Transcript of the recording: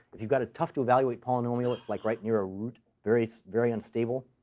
if you've got a tough-to-evaluate polynomial, it's like right near a root very, very unstable.